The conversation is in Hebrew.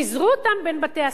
פיזרו אותם בין בתי-הספר.